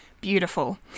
beautiful